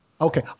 Okay